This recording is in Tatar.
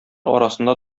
арасында